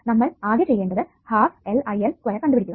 നമ്മൾ ആകെ ചെയ്യേണ്ടത് 1 2 LIL2 കണ്ടുപിടിക്കുക